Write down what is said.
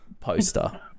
Poster